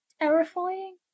terrifying